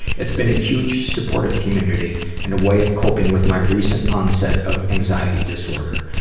it's been a huge supportive community and a way of coping with my recent onset of anxiety disorder.